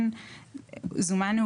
זומנו,